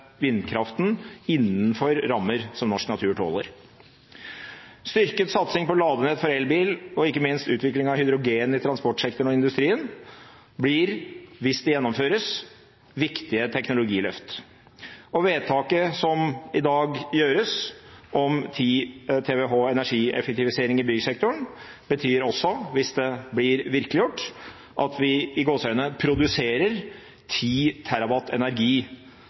vindkraften innenfor rammer som norsk natur tåler. Styrket satsing på ladenett for elbil og ikke minst utvikling av hydrogen i transportsektoren og industrien blir, hvis det gjennomføres, viktige teknologiløft. Vedtaket som i dag gjøres om 10 TWh energieffektivisering i byggsektoren, betyr også – hvis det blir virkeliggjort – at vi